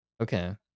Okay